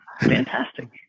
Fantastic